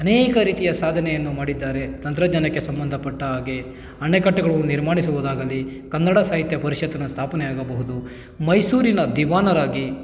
ಅನೇಕ ರೀತಿಯ ಸಾಧನೆಯನ್ನು ಮಾಡಿದ್ದಾರೆ ತಂತ್ರಜ್ಞಾನಕ್ಕೆ ಸಂಬಂಧಪಟ್ಟ ಹಾಗೆ ಅಣೆಕಟ್ಟುಗಳನ್ನು ನಿರ್ಮಾಣಿಸುವುದಾಗಲಿ ಕನ್ನಡ ಸಾಹಿತ್ಯ ಪರಿಷತ್ತಿನ ಸ್ಥಾಪನೆಯಾಗಬಹುದು ಮೈಸೂರಿನ ದಿವಾನರಾಗಿ